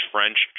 French